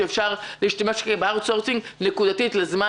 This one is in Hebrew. שאפשר להשתמש באאוטסורסינג נקודתית לזמן